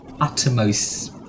uttermost